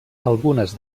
algunes